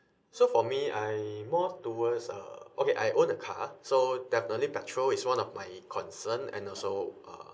so for me I more towards uh okay I own a car so definitely petrol is one of my concern and also uh